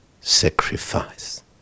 sacrifice